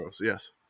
Yes